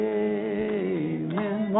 amen